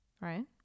Right